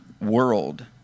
world